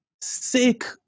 sick